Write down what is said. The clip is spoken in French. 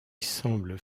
semblent